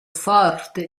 forte